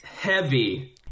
Heavy